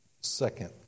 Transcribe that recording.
Second